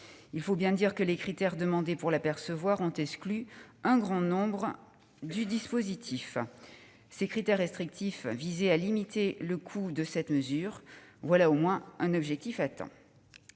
Il faut bien dire que les critères demandés pour la percevoir ont exclu un grand nombre du dispositif. Ces critères restrictifs visaient à limiter le coût de la mesure : voilà au moins un objectif atteint